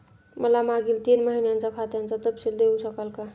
मला मागील तीन महिन्यांचा खात्याचा तपशील देऊ शकाल का?